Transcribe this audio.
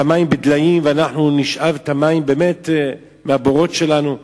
המים בדליים ואנחנו שואבים את המים מהבורות שלנו.